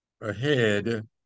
ahead